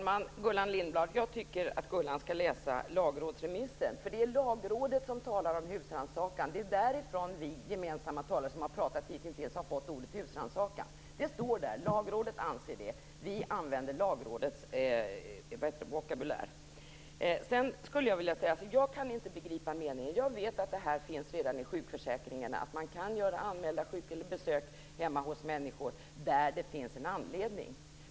Fru talman! Jag tycker att Gullan Lindblad skall läsa lagrådsremissen. Det är nämligen Lagrådet som talar om husrannsakan. Det är därifrån vi som har talat hittills har fått ordet husrannsakan. Det står där, Lagrådet anser det, och vi använder Lagrådets vokabulär. Jag kan inte begripa meningen med det här. Jag vet att det här finns också i sjukförsäkringarna, att man kan göra anmälda sjukbesök hemma hos människor där det finns en anledning.